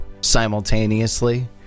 simultaneously